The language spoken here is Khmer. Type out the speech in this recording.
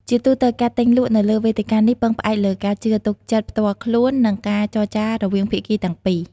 ជាទូទៅ ការទិញលក់នៅលើវេទិកានេះពឹងផ្អែកលើការជឿទុកចិត្តផ្ទាល់ខ្លួននិងការចរចារវាងភាគីទាំងពីរ។